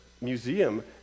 museum